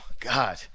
God